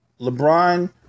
LeBron